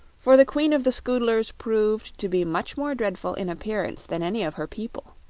for the queen of the scoodlers proved to be much more dreadful in appearance than any of her people.